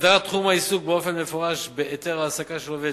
הגדרת תחום העיסוק באופן מפורש בהיתר ההעסקה של עובד